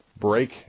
break